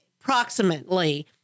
approximately